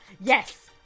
Yes